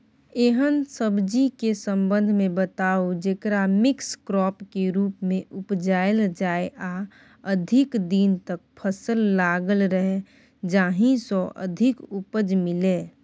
एहन सब्जी के संबंध मे बताऊ जेकरा मिक्स क्रॉप के रूप मे उपजायल जाय आ अधिक दिन तक फसल लागल रहे जाहि स अधिक उपज मिले?